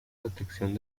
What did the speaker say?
protección